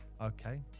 Okay